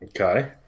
Okay